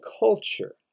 culture